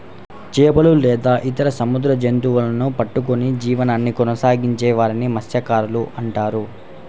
చేపలు లేదా ఇతర సముద్ర జంతువులను పట్టుకొని జీవనాన్ని కొనసాగించే వారిని మత్య్సకారులు అంటున్నారు